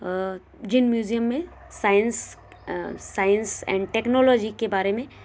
जिन museum में science science and technology के बारे में